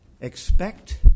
expect